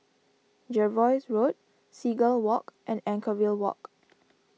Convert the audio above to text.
Jervois Road Seagull Walk and Anchorvale Walk